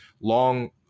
long